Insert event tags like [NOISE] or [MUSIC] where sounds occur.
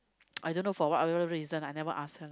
[NOISE] I don't know for whatever reason I never ask her lah